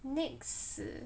next